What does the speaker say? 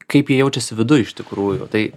kaip jie jaučiasi viduj iš tikrųjų tai